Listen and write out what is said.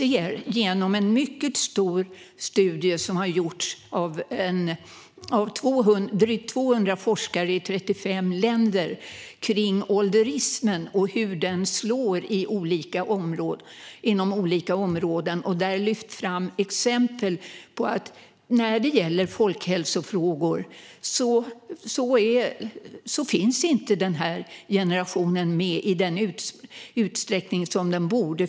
En mycket stor studie har gjorts av drygt 200 forskare i 35 länder, och den handlar om ålderismen och hur den slår inom olika områden. I den lyfts exempel fram som visar att när det gäller folkhälsofrågor finns denna generation inte med i den utsträckning som den borde.